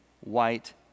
white